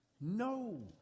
No